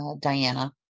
Diana